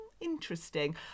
Interesting